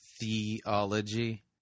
theology